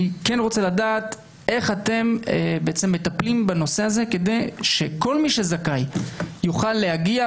אני רוצה לדעת איך אתם מטפלים בנושא הזה כדי שכל מי שזכאי יוכל להגיע,